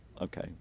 Okay